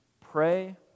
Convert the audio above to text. Pray